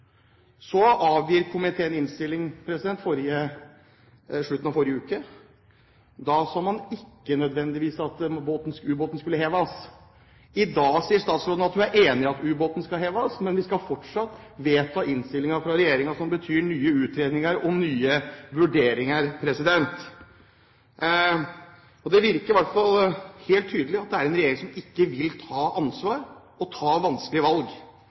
Så avgir komiteen innstilling i slutten av forrige uke. Da så man ikke nødvendigvis at ubåten skulle heves. I dag sier statsråden at hun er enig i at ubåten skal heves, men vi skal fortsatt vedta proposisjonen fra regjeringen, som betyr nye utredninger og nye vurderinger. Det er i hvert fall helt tydelig at dette er en regjering som ikke vil ta ansvar og vanskelige valg.